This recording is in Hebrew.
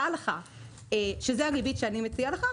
דע לך שזה הריבית שאני מציע לך.